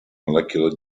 molecular